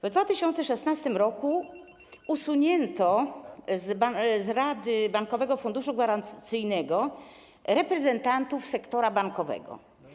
W 2016 r. usunięto z Rady Bankowego Funduszu Gwarancyjnego reprezentantów sektora bankowego.